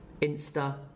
Insta